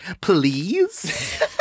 Please